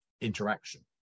interaction